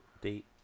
date